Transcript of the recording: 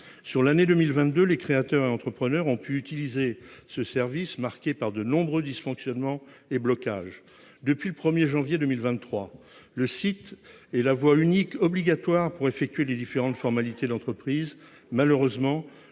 Sur l'année 2022, ce service a été marqué par de nombreux dysfonctionnements et blocages. Depuis le 1 janvier 2023, le site est la voie unique obligatoire pour effectuer les différentes formalités d'entreprise. Malheureusement,